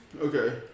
Okay